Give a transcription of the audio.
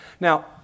Now